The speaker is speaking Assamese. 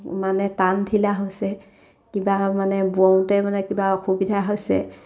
মানে টান ঢিলা হৈছে কিবা মানে বওঁতে মানে কিবা অসুবিধা হৈছে